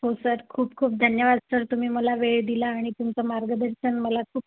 हो सर खूप खूप धन्यवाद सर तुम्ही मला वेळ दिला आणि तुमचं मार्गदर्शन मला खूप